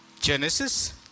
Genesis